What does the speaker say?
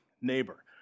Neighbor